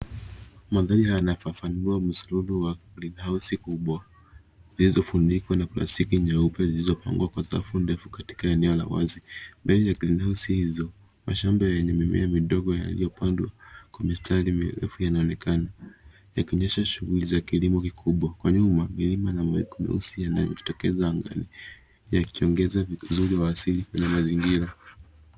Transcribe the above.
Maandari haya yanafafanua mzururu wa greenhouse kubwa zilizo funikwa na plastiki nyeupe zilizopangwa kwa safu ndefu katikati eneo la nyasi. Mbele ya green house hizo mashamba enye mimea midogo yaliopandwa kwa mistari mirefu yanaonekana yakionyesha shughuli za kilimo kikubwa. Kwa nyuma milima mawingu meusi yatokeza angani yakiongeza uzuri wa asili kwenye mazingira.